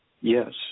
Yes